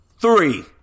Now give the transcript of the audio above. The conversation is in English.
Three